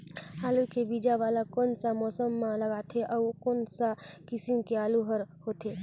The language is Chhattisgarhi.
आलू के बीजा वाला कोन सा मौसम म लगथे अउ कोन सा किसम के आलू हर होथे?